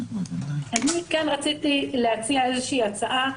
אני כן רציתי להציע הצעה,